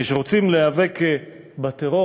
כשרוצים להיאבק בטרור,